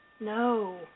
No